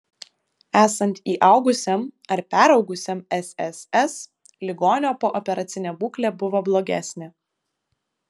esant įaugusiam ar peraugusiam sss ligonio pooperacinė būklė buvo blogesnė